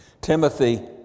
Timothy